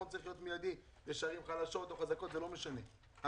אם הערים חלשות או חזקות זה לא משנה,